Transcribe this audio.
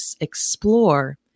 explore